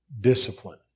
discipline